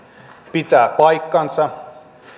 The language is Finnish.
pitää paikkansa